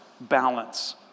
Balance